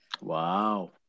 Wow